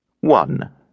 One